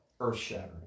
earth-shattering